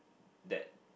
that